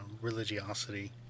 religiosity